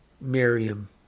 Miriam